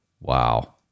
Wow